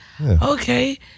Okay